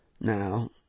now